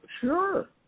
Sure